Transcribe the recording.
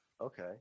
Okay